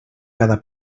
cada